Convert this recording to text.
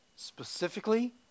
Specifically